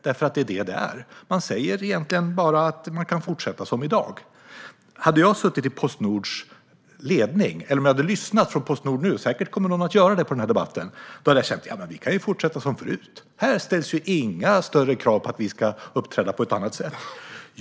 Det är nämligen vad det är: Man säger egentligen bara att det går att fortsätta som i dag. Hade jag suttit i Postnords ledning och lyssnat på den här debatten - och säkert kommer någon från Postnord att göra det - hade jag känt att ja, vi kan ju fortsätta som förut. Här ställs inga större krav på att man ska uppträda på ett annat sätt.